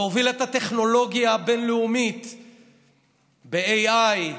להוביל את הטכנולוגיה הבין-לאומית ב-AI,